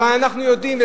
אבל אנחנו יודעים,